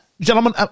gentlemen